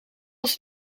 als